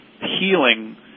healing